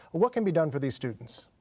what can be done for these students?